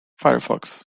firefox